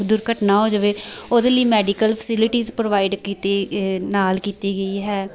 ਦੁਰਘਟਨਾ ਹੋ ਜਵੇ ਉਹਦੇ ਲਈ ਮੈਡੀਕਲ ਫੈਸਿਲਿਟੀਜ਼ ਪ੍ਰੋਵਾਈਡ ਕੀਤੀ ਨਾਲ ਕੀਤੀ ਗਈ ਹੈ